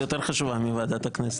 כי נבצרות יותר חשובה מוועדת הכנסת.